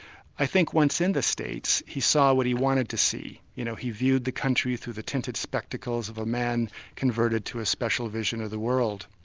i think once in the states, he saw what he wanted to see, you know, he viewed the country through the tinted spectacles of a man converted to a special vision of the world.